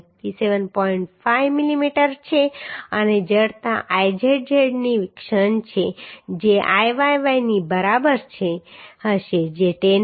5 મિલીમીટર છે અને જડતા Izz ની ક્ષણ છે જે Iyy ની બરાબર હશે જે 104